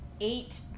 eight